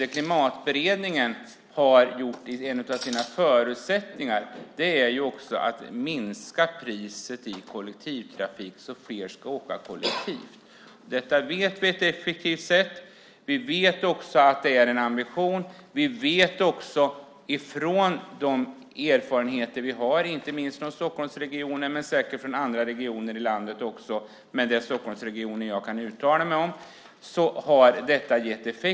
Det Klimatberedningen har tagit med som en av sina förutsättningar handlar om att minska priset på kollektivtrafik, så att fler ska åka kollektivt. Vi vet att detta är ett effektivt sätt. Vi vet att det är en ambition. Vi vet också av de erfarenheter vi har att detta har gett effekt. Det gäller inte minst Stockholmsregionen men säkert också andra regioner i landet, men det är Stockholmsregionen som jag kan uttala mig om.